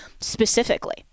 specifically